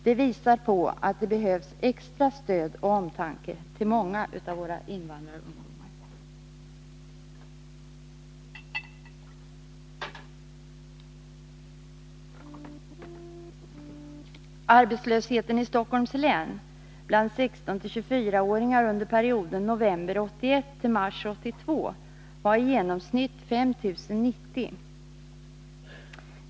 Det visar på att det behövs extra stöd till och omtanke om många av våra invandrarungdomar. Antalet arbetslösa i Stockholms län bland 16-24-åringar under perioden november 1981 till mars 1982 var i genomsnitt 5 090.